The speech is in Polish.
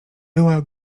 była